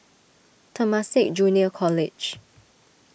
Temasek Junior College